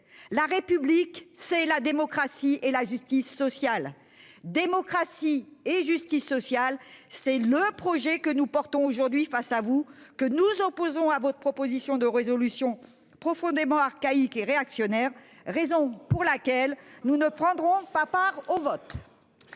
La République, c'est la démocratie et la justice sociale. Démocratie et justice sociale, c'est le projet que nous défendons aujourd'hui face à vous, que nous opposons à votre proposition de résolution profondément archaïque et réactionnaire, ... Tout en nuance !... raison pour laquelle nous ne prendrons pas part au vote.